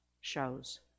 shows